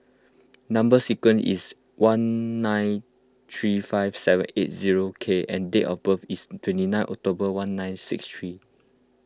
Number Sequence is one nine three five seven eight zero K and date of birth is twenty nine October one nine six three